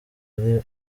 ari